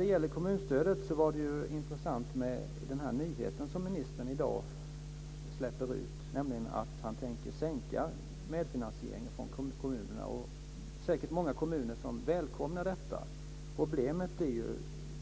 Den nyhet som ministern släppte ut i dag var intressant, nämligen att han tänker sänka kravet på medfinansiering från kommunerna. Det är säkert många kommuner som välkomnar det. Problemet är